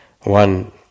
One